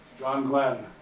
john glenn.